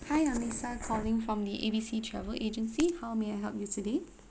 hi I'm lisa calling from the A B C travel agency how may I help you today